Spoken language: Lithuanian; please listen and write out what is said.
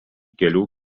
kelių